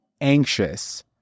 anxious